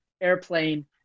airplane